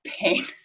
pain